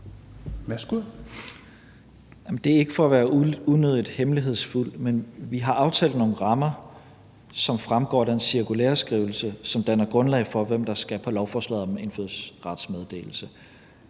Tesfaye): Det er ikke for at være unødigt hemmelighedsfuld, men vi har aftalt nogle rammer, som fremgår af den cirkulæreskrivelse, som danner grundlag for, hvem der skal på lovforslaget om indfødsrets meddelelse.